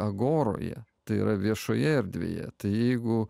agoroje tai yra viešoje erdvėje jeigu